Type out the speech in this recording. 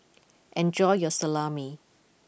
enjoy your Salami